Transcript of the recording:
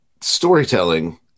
storytelling